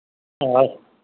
हस्